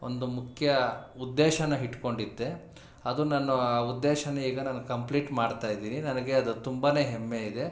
ಒಂದು ಮುಖ್ಯ ಉದ್ದೇಶನ ಇಟ್ಕೊಂಡಿದ್ದೆ ಅದು ನಾನೂ ಉದ್ದೇಶನ ಈಗ ನಾನು ಕಂಪ್ಲೀಟ್ ಮಾಡ್ತಾ ಇದೀನಿ ನನಗೆ ಅದು ತುಂಬ ಹೆಮ್ಮೆ ಇದೆ